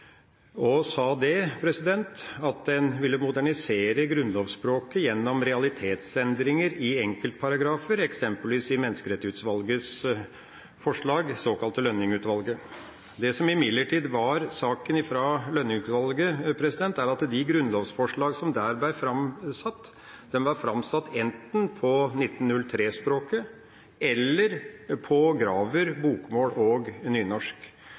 og sa at en ville modernisere grunnlovsspråket gjennom realitetsendringer i enkeltparagrafer, eksempelvis i Menneskerettighetsutvalgets forslag, det såkalte Lønning-utvalget. Det som imidlertid var saken hos Lønning-utvalget, var at de grunnlovsforslag som der ble framsatt, var framsatt enten på 1903-språket eller på Gravers bokmål og nynorsk.